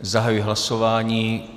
Zahajuji hlasování.